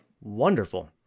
Wonderful